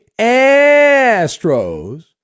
Astros